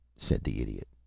said the idiot.